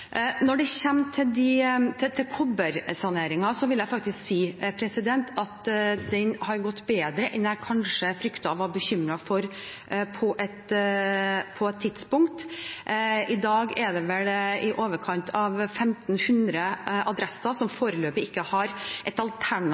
Når det gjelder kobbersaneringen, vil jeg faktisk si at den har gått bedre enn jeg kanskje fryktet og var bekymret for på et tidspunkt. I dag er det vel i overkant av 1 500 adresser som foreløpig ikke har en alternativ